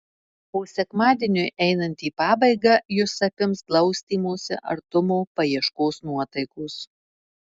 o sekmadieniui einant į pabaigą jus apims glaustymosi artumo paieškos nuotaikos